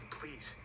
please